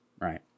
right